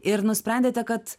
ir nusprendėte kad